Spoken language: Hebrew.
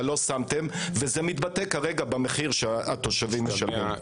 לא שמתם וזה מתבטא כרגע במחיר שהתושבים משלמים.